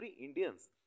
Indians